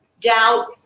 doubt